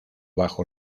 bajo